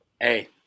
Hey